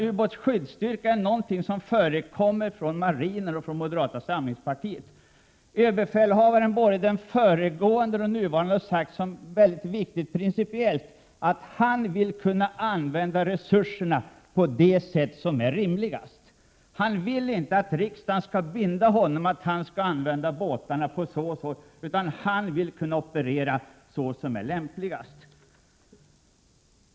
Ubåtsskyddsstyrka är ett begrepp som används av marinen och av moderata samlingspartiet. Både den föregående och den nuvarande ÖB har sagt det vara en viktig princip att kunna använda resurserna på det sätt som är rimligast. ÖB vill inte att riksdagen skall binda honom till att använda båtarna si eller så, utan han vill kunna operera så som han finner lämpligast.